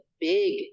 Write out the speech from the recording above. big